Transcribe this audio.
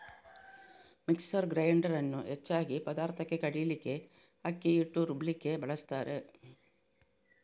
mixer grinder ಅನ್ನು ಹೆಚ್ಚಾಗಿ ಪದಾರ್ಥಕ್ಕೆ ಕಡೀಲಿಕ್ಕೆ, ಅಕ್ಕಿ ಹಿಟ್ಟು ರುಬ್ಲಿಕ್ಕೆ ಬಳಸ್ತಾರೆ